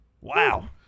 Wow